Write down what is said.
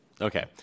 Okay